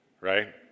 right